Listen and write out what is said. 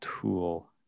tool